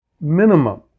minimum